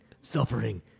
suffering